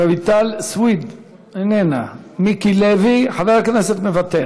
רויטל סויד, איננה, חבר הכנסת מיקי לוי, מוותר,